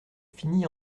fini